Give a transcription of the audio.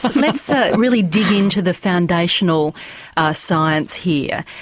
let's really dig in to the foundational science here.